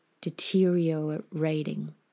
deteriorating